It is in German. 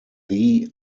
the